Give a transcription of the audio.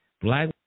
black